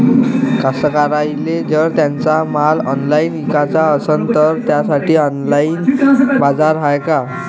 कास्तकाराइले जर त्यांचा माल ऑनलाइन इकाचा असन तर त्यासाठी ऑनलाइन बाजार हाय का?